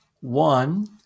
One